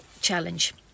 challenge